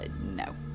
no